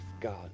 God